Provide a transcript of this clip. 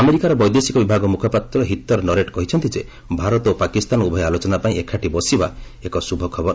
ଆମେରିକାର ବୈଦେଶିକ ବିଭାଗ ମ୍ରଖପାତ୍ର ହିଥର ନରେଟ୍ କହିଛନ୍ତି ଯେ ଭାରତ ଓ ପାକିସ୍ତାନ ଉଭୟ ଆଲୋଚନା ପାଇଁ ଏକାଠି ବସିବା ଏକ ଶ୍ରଭ ଖବର